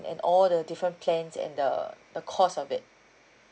and all the different plans and the the cost of it